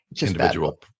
individual